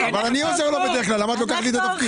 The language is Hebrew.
אני עוזר לו בדרך כלל, למה את לוקחת לי את התפקיד?